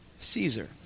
Caesar